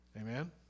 Amen